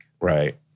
Right